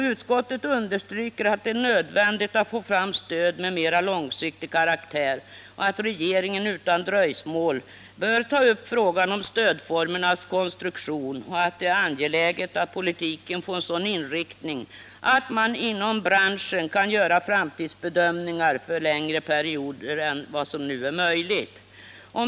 Utskottet understryker att det är nödvändigt att få fram stöd med mer långsiktig karaktär och att regeringen utan dröjsmål bör ta upp frågan om stödformernas konstruktion. Utskottet understryker också att det är angeläget att politiken får en sådan inriktning att man inom branschen kan göra framtidsbedömningar för längre perioder än vad som nu är möjligt.